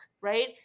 right